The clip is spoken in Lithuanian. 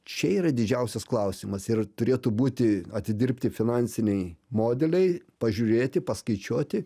čia yra didžiausias klausimas ir turėtų būti atidirbti finansiniai modeliai pažiūrėti paskaičiuoti